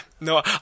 no